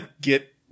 Get